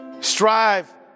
strive